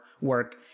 Work